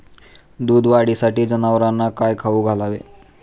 दूध वाढीसाठी जनावरांना काय खाऊ घालावे?